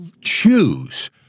choose